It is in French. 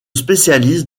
spécialise